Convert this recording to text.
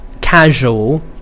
casual